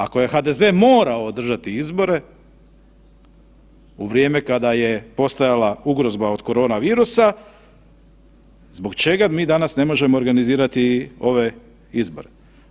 Ako HDZ morao održati izbore u vrijeme kada je postojala ugroza od korona virusa, zbog čega mi danas ne možemo organizirati ove izbore?